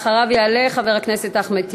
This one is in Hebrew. אחריו יעלה חבר הכנסת אחמד טיבי.